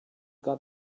got